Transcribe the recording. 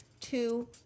two